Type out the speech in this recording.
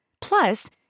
Plus